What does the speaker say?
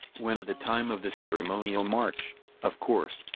when at the time of the ceremonial march of course,